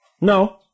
No